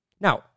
Now